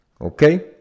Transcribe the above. Okay